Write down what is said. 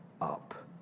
up